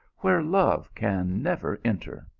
where love can never enter?